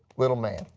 little man,